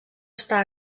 està